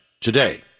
today